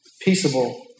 Peaceable